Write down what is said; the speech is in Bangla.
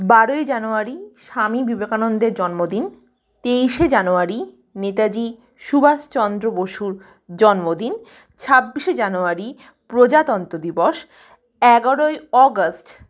বারোই জানুয়ারি স্বামী বিবেকানন্দের জন্মদিন তেইশে জানুয়ারি নেতাজি সুভাষচন্দ্র বসুর জন্মদিন ছাব্বিশে জানুয়ারি প্রজাতন্ত দিবস এগারোই আগস্ট